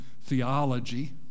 theology